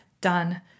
done